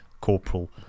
corporal